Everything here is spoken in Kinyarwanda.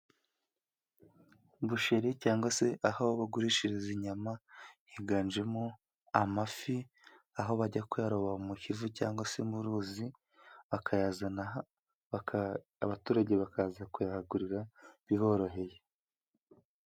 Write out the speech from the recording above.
Busheri cyangwa se aho bagurishiriza inyama, higanjemo amafi aho bajya kuyaroba mu Kivu cyangwa se mu ruzi, bakayazana aha, abaturage bakaza kuyahagurira biboroheye.